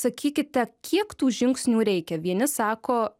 sakykite kiek tų žingsnių reikia vieni sako